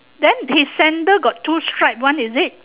then his sandal got two stripe one is it